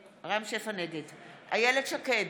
נגד איילת שקד,